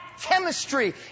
chemistry